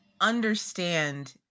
understand